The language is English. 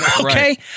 okay